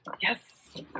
Yes